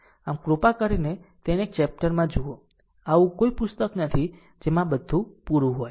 આમ કૃપા કરીને તેને એક ચેપ્ટરમાં જુઓ એવું કોઈ પુસ્તક નથી જેમાં આ બધું પૂરું હોય